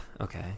okay